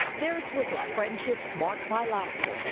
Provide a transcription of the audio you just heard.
theirs was a friendship marked by laughter.